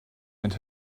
and